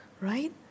right